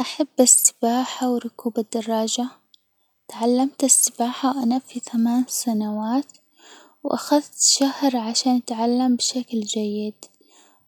أحب السباحة وركوب الدراجة، تعلمت السباحة وأنا في ثمان سنوات، وأخذت شهر عشان أتعلم بشكل جيد،